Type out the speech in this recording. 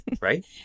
Right